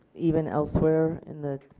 even elsewhere in the